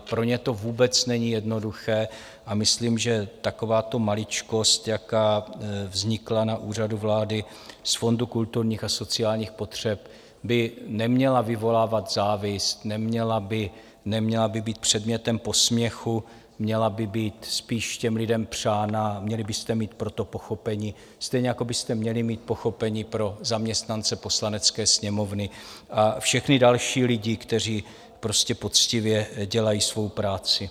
Pro ně to není jednoduché a myslím, že takováto maličkost, jaká vznikla na Úřadu vlády z Fondu kulturních a sociálních potřeb, by neměla vyvolávat závist, neměla by být předmětem posměchu, měla by být spíš těm lidem přána, měli byste mít pro to pochopení, stejně jako byste měli mít pochopení pro zaměstnance Poslanecké sněmovny a všechny další lidi, kteří prostě poctivě dělají svou práci.